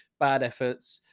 bad efforts,